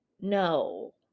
No